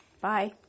Bye